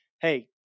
Hey